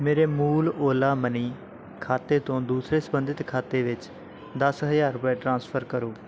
ਮੇਰੇ ਮੂਲ Ola Money ਖਾਤੇ ਤੋਂ ਦੂਸਰੇ ਸੰਬੰਧਿਤ ਖਾਤੇ ਵਿੱਚ ਦਸ ਹਜ਼ਾਰ ਰੁਪਏ ਟ੍ਰਾਂਸਫਰ ਕਰੋ